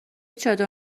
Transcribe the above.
چادر